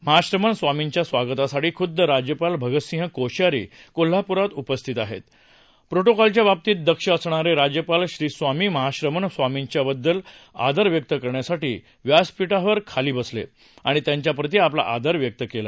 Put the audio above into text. महाश्रमन स्वामींच्या स्वागतासाठी खुद्द राज्यपाल भगतसिंग कोश्यारी कोल्हापूरात उपस्थित आहेत प्रोशिकॉलच्या बाबतीत दक्ष असणारे राज्यपाल श्री स्वामी महाश्रमन स्वामींच्या बद्दल आदर व्यक्त करण्यासाठी व्यासपीठावर खाली बसले आणि त्यांच्या प्रति आपला आदर व्यक्त केला